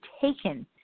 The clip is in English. taken